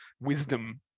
wisdom